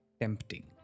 tempting